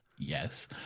yes